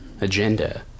agenda